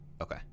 Okay